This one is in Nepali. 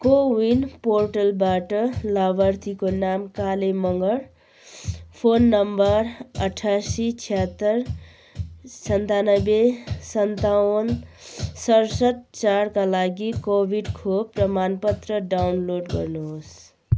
को विन पोर्टलबाट लाभार्थीको नाम काले मँगर फोन नम्बर अठासी छयहत्तर सन्तान्नब्बे सन्ताउन्न सतसट्ठी चारका लागि कोभिड खोप प्रमाणपत्र डाउनलोड गर्नुहोस्